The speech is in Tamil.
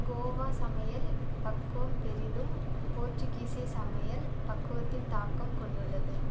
கோவா சமையல் பக்குவம் பெரிதும் போர்ச்சுகீசிய சமையல் பக்குவத்தின் தாக்கம் கொண்டுள்ளது